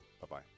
Bye-bye